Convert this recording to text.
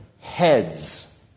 heads